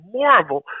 marvel